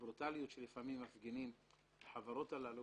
הברוטליות שלפעמים מפגינות החברות הללו